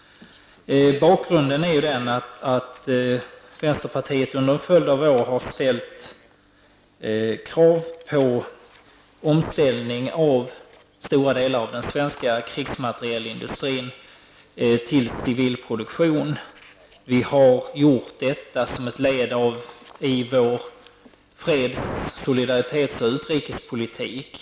Bakgrunden är att vänsterpartiet under en följd av år har ställt krav på omställningen av stora delar av den svenska krigsmaterielindustrin till civilproduktion. Vi har gjort detta som ett led i vår freds-, solidaritets och utrikespolitik.